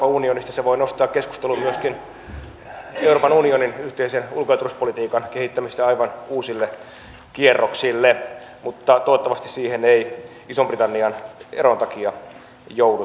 se voi nostaa keskusteluun myöskin euroopan unionin yhteisen ulko ja turvallisuuspolitiikan kehittämistä aivan uusille kierroksille mutta toivottavasti siihen ei ison britannian eron takia jouduta